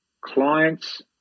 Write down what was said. clients